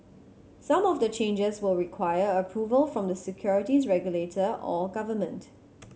some of the changes will require approval from the securities regulator or government